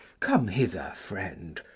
come hither, friend.